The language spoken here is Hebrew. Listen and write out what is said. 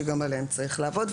שגם עליהם צריך לעבוד,